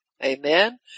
Amen